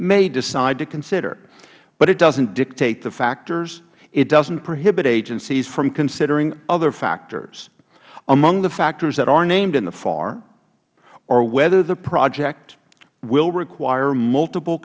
may decide to consider but it doesnt dictate the factors it doesnt prohibit agencies from considering other factors among the factors that are named in the far are whether the project will require multiple